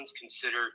consider